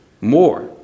more